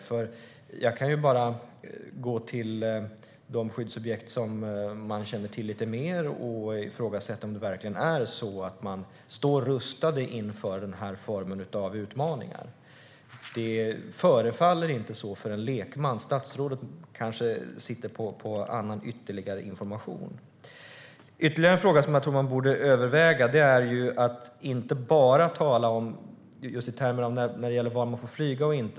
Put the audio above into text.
När det gäller de skyddsobjekt som man känner till lite mer kan jag ifrågasätta om vi verkligen står rustade inför den här formen av utmaningar. Det förefaller inte så för en lekman. Statsrådet kanske sitter på annan information. Ytterligare en fråga som jag tror att man borde överväga är att inte bara tala i termer av var man får flyga och inte.